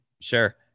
Sure